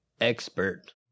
expert